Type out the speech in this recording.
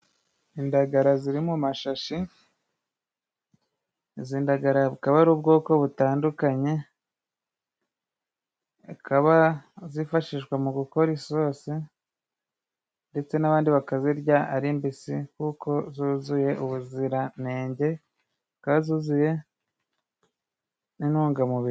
Indagara ziri mumashashi, izindagara akaba ari ubwoko butandukanye, akaba zifashishwa mu gukora isosi, ndetse n'abandi bakazirya ari mbisi, kuko zuzuye ubuziranenge, zikaba zuzuye n'intungamubiri.